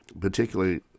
particularly